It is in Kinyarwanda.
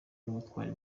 n’ubutwari